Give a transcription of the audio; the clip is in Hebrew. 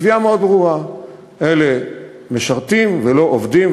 קביעה מאוד ברורה: אלה משרתים ולא עובדים,